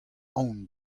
aon